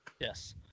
Yes